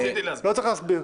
לא צריך להסביר.